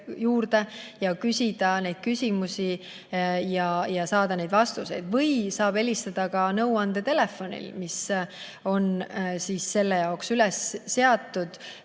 juurde ja küsida neid küsimusi ja saada vastuseid. Saab helistada ka nõuandetelefonile, mis on selle jaoks üles seatud,